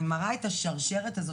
אני מראה את השרשרת הזאת,